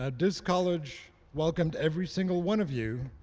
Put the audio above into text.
ah this college welcomed every single one of you,